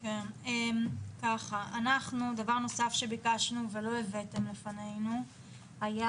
ככה, דבר נוסף שביקשנו ולא הבאתם בפנינו היה